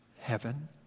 heaven